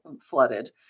flooded